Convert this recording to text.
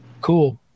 Cool